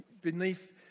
beneath